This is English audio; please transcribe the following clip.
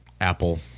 apple